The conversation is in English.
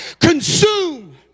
consume